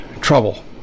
trouble